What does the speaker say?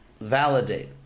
validate